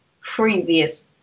previous